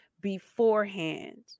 beforehand